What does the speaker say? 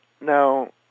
Now